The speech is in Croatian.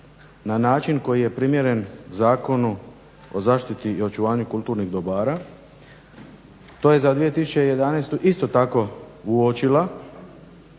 na način koji je primijenjen Zakonu o zaštiti i očuvanju kulturnih dobara. To je za 2011. isto tako uočila.